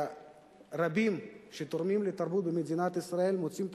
ורבים שתורמים לתרבות במדינת ישראל מוצאים את